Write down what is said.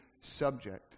subject